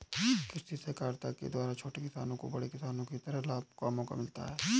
कृषि सहकारिता के द्वारा छोटे किसानों को बड़े किसानों की तरह लाभ का मौका मिलता है